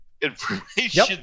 information